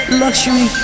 luxury